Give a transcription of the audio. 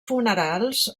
funerals